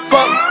Fuck